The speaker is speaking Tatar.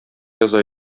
яза